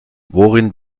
worin